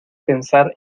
pensar